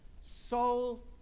soul